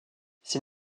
ses